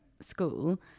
school